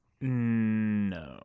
No